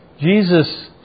Jesus